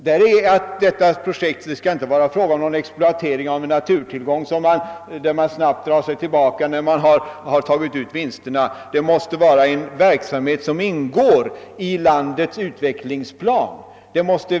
Detta innebär att projektet inte får gälla exploatering av någon naturtillgång, varefter vederbörande snabbt drar sig tillbaka då vinsternå tagits ut. Det måste röra sig om en verksamhet som ingår i landets utvecklingsplan.